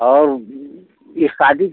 और ये शादी